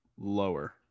Lower